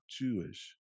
Jewish